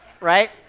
right